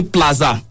Plaza